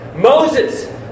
Moses